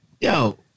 Yo